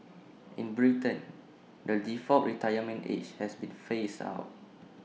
in Britain the default retirement age has been phased out